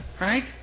Right